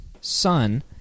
son